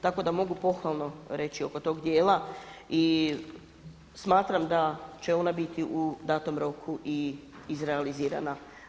Tako da mogu pohvalno reći oko tog dijela i smatram da će ona biti u danom roku i izrealizirana.